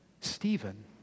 Stephen